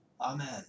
Amen